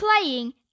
playing